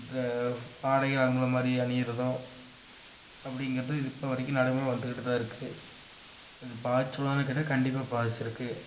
draw ஆடை அவங்களை மாதிரி அணிகிறதும் அப்படிங்கிறது இது இப்போ வரைக்கும் நடைமுறையில் வந்துக்கிட்டு தான் இருக்குது இது பாதிச்சுதான்னு கேட்டால் கண்டிப்பாக பாதிச்சுருக்கு